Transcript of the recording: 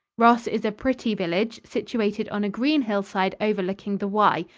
ross is a pretty village, situated on a green hillside overlooking the wye,